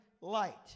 light